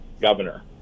governor